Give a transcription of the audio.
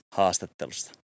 haastattelusta